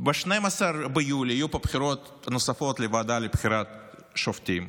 ב-12 ביולי יהיו פה בחירות נוספות לוועדה לבחירת שופטים.